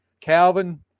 Calvin